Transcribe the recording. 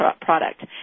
product